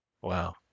Wow